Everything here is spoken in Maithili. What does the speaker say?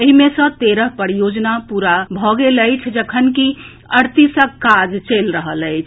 एहि मे सँ तेरह परियोजना पूरा भऽ गेल अछि जखनकि अड़तीसक काज चलि रहल अछि